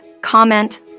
comment